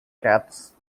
cats